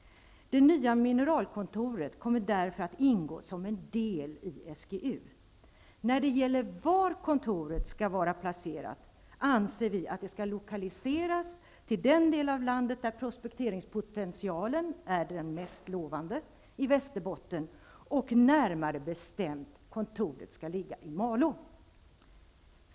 Det nya mineralkontoret kommer därför att ingå som en del i SGU. När det gäller var kontoret skall vara placerat anser vi att det skall lokaliseras till den del av landet där prospekteringspotentialen är mest lovande, i Västerbotten. Närmare bestämt skall kontoret ligga i Malå.